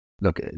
Look